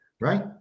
right